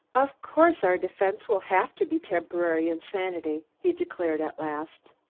of course, our defense will have to be temporary insanity, he declared at last.